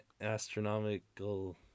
astronomical